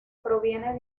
proviene